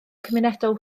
cymunedol